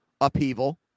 upheaval